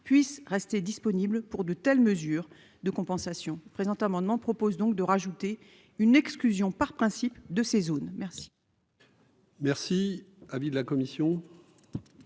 puisse rester disponible pour de telles mesures de compensation présent amendement propose donc de rajouter une exclusion par principe de ces zones merci.